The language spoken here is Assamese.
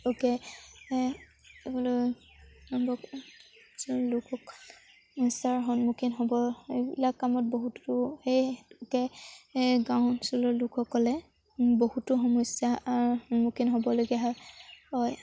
লোকে সমস্যাৰ সন্মুখীন হ'ব এইবিলাক কামত বহুতো সেইহেতুকে গাঁও অঞ্চলৰ লোকসকলে বহুতো সমস্যাৰ সন্মুখীন হ'বলগীয়া হয়